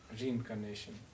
reincarnation